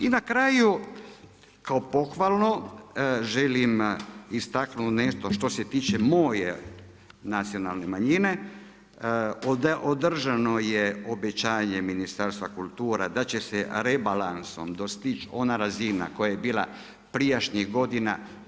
I na kraju, kao pohvalno, želim istaknuti nešto što se tiče moje nacionalne manjine, održano je obećanje Ministarstvo kultura, da će se rebalansom dostići ona razina koja je bila prijašnjih godina.